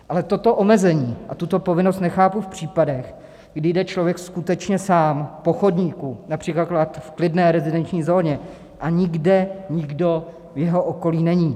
Ale toto omezení a tuto povinnost nechápu v případech, kdy jde člověk skutečně sám po chodníku, například v klidné rezidenční zóně, a nikde nikdo v jeho okolí není.